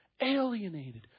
alienated